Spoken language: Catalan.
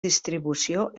distribució